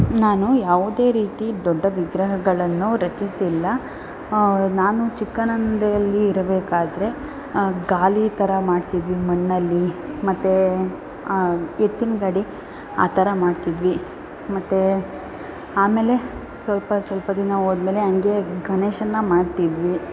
ನಾನು ಯಾವುದೇ ರೀತಿ ದೊಡ್ಡ ವಿಗ್ರಹಗಳನ್ನು ರಚಿಸಿಲ್ಲ ನಾನು ಚಿಕ್ಕನಂದೆಯಲ್ಲಿ ಇರಬೇಕಾದರೆ ಗಾಲಿ ಥರ ಮಾಡ್ತಿದ್ವಿ ಮಣ್ಣಲ್ಲಿ ಮತ್ತೆ ಎತ್ತಿನ ಗಾಡಿ ಆ ಥರ ಮಾಡ್ತಿದ್ವಿ ಮತ್ತು ಆಮೇಲೆ ಸ್ವಲ್ಪ ಸ್ವಲ್ಪ ದಿನ ಹೋದ ಮೇಲೆ ಹಂಗೇ ಗಣೇಶನನ್ನ ಮಾಡ್ತಿದ್ವಿ